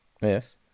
Yes